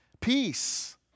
Peace